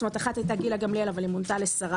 אחת הייתה גילה גמליאל אבל היא מונתה לשרה